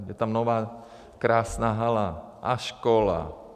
Je tam nová krásná hala a škola.